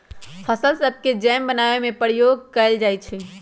फल सभके जैम बनाबे में सेहो प्रयोग कएल जाइ छइ